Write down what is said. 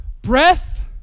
Breath